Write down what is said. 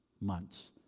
months